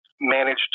managed